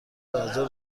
بعدازظهر